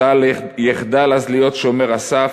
צה"ל יחדל אז להיות שומר הסף,